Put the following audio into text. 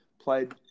played